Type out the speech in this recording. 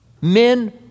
Men